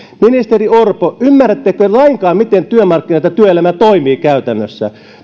ministeri orpo ymmärrättekö lainkaan miten työmarkkinat ja työelämä toimivat käytännössä